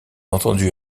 entendue